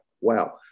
Wow